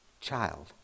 child